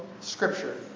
Scripture